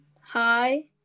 hi